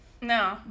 No